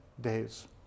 days